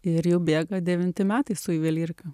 ir jau bėga devinti metai su juvelyrika